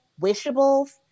Wishables